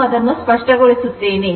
ನಾನು ಅದನ್ನು ಸ್ಪಷ್ಟಗೊಳಿಸುತ್ತೇನೆ